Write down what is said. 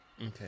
Okay